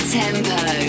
tempo